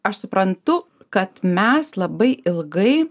aš suprantu kad mes labai ilgai